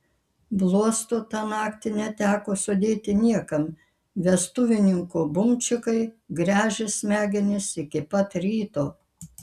bluosto tą naktį neteko sudėti niekam vestuvininkų bumčikai gręžė smegenis iki pat ryto